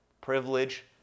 privilege